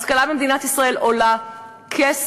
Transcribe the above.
השכלה במדינת ישראל עולה כסף.